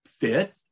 fit